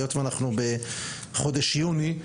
היות ואנחנו בחודש יוני,